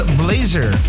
blazer